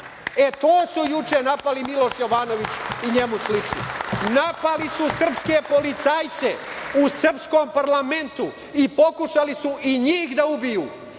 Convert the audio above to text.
To su juče napali Miloš Jovanović i njemu slični. Napali su srpske policajce u srpskom parlamentu i pokušali su i njih da ubiju